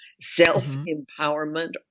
self-empowerment